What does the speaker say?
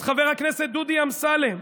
את חבר הכנסת דודי אמסלם.